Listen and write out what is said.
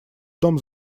дом